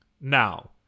Now